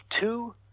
two